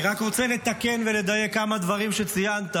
אני רק רוצה לתקן ולדייק כמה דברים שציינת.